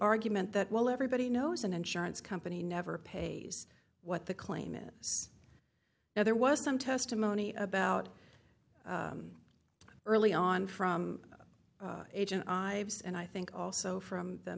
argument that well everybody knows an insurance company never pays what the claim is now there was some testimony about early on from agent i was and i think also from the